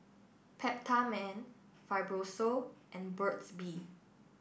Peptamen Fibrosol and Burt's Bee